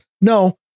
No